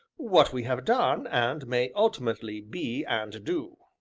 what we have done, and may ultimately be, and do.